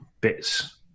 bits